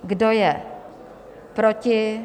Kdo je proti?